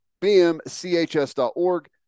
BMCHS.org